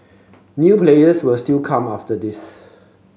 new players will still come after this